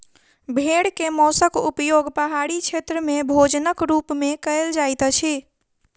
भेड़ के मौंसक उपयोग पहाड़ी क्षेत्र में भोजनक रूप में कयल जाइत अछि